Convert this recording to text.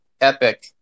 Epic